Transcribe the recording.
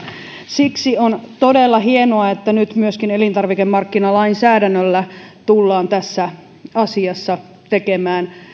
siksi on todella hienoa että nyt myöskin elintarvikemarkkinalainsäädännöllä tullaan tässä asiassa tekemään